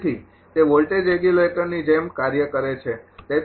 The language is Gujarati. તેથી તે વોલ્ટેજ રેગ્યુલેટરની જેમ કાર્ય કરે છે